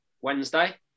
Wednesday